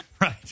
Right